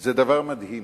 זה דבר מדהים.